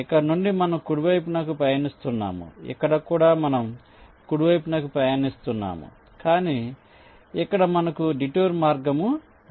ఇక్కడ నుండి మనం కుడివైపునకు పయనిస్తున్నాము ఇక్కడ కూడా మనం కుడివైపునకు పయనిస్తున్నాము కాని ఇక్కడ మనకు డిటూర్ మార్గము ఉంది